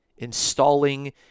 Installing